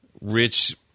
rich